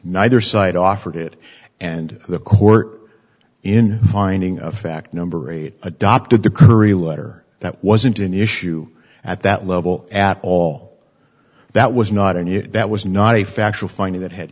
neither side offered it and the court in finding of fact number eight adopted the curry letter that wasn't an issue at that level at all that was not an issue that was not a factual finding that had